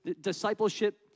discipleship